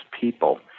people